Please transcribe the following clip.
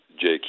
Jake